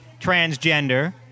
transgender